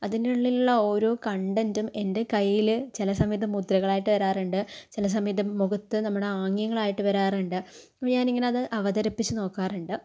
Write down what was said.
അതിനുള്ളിലുള്ള ഓരോ കൺടെന്റും എൻ്റെ കയ്യില് ചില സമയത്തു മുദ്രകളായിട്ട് വരാറുണ്ട് ചില സമയത്തു മുഖത്ത് നമ്മുടെ ആംഗ്യങ്ങളായിട്ട് വരാറുണ്ട് അപ്പോൾ ഞാൻ അത് അവതരിപ്പിച്ചു നോക്കാറുണ്ട്